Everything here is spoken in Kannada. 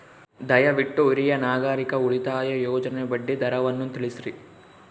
ದಯವಿಟ್ಟು ಹಿರಿಯ ನಾಗರಿಕರ ಉಳಿತಾಯ ಯೋಜನೆಯ ಬಡ್ಡಿ ದರವನ್ನು ತಿಳಿಸ್ರಿ